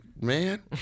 Man